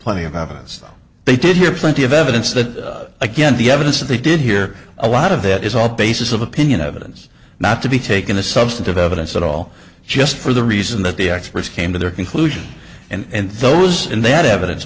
though they did hear plenty of evidence that again the evidence that they did hear a lot of that is all basis of opinion evidence not to be taken a substantive evidence at all just for the reason that the experts came to their conclusion and those in that evidence